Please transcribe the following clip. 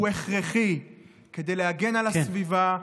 הוא הכרחי כדי להגן על הסביבה,